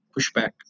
pushback